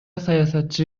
саясатчы